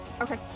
Okay